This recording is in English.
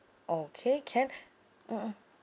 okay can mmhmm